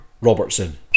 Robertson